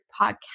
Podcast